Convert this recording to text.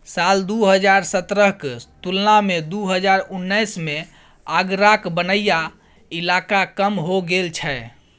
साल दु हजार सतरहक तुलना मे दु हजार उन्नैस मे आगराक बनैया इलाका कम हो गेल छै